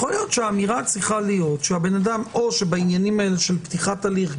יכול להיות שהאמירה צריכה להיות שהבן אדם בעניינים האלה של פתיחת הליך,